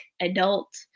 adult